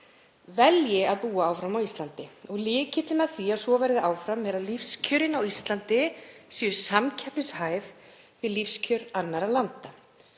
velji að búa áfram á Íslandi. Lykillinn að því að svo verði áfram er að lífskjörin á Íslandi séu samkeppnishæf við lífskjör annarra landa.